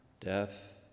death